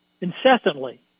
incessantly